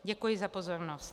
Děkuji za pozornost.